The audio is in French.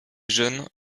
jeunes